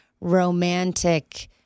romantic